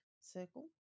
circle